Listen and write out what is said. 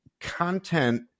content